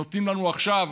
נותנים לנו עכשיו,